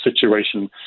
situation